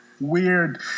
Weird